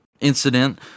incident